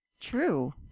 true